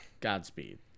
Godspeed